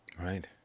Right